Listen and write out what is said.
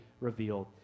revealed